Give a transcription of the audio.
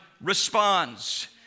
responds